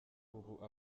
ubu